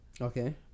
Okay